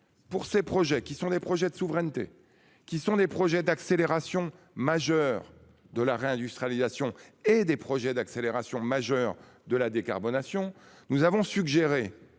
Pour ses projets qui sont des projets de souveraineté qui sont des projets d'accélération majeure de la réindustrialisation et des projets d'accélération majeur de la décarbonation nous avons suggéré